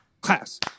Class